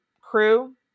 crew